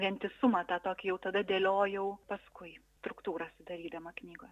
vientisumą tą tokį jau tada dėliojau paskui struktūrą sudarydama knygos